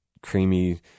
creamy